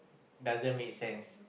doesn't makes sense